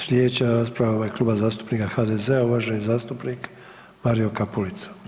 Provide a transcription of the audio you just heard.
Sljedeća rasprava u ime Kluba zastupnika HDZ-a uvaženi zastupnik Mario Kapulica.